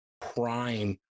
prime